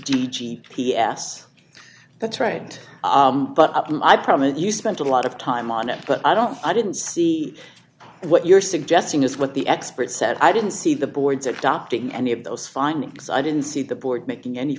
g g p s that's right but i promise you spent a lot of time on it but i don't i didn't see what you're suggesting is what the experts said i didn't see the board's adopting any of those findings i didn't see the board making any